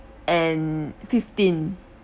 and fifteen